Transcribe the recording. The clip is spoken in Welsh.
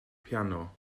piano